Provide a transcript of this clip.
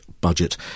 budget